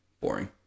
boring